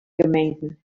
gemeenten